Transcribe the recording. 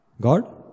God